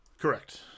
Correct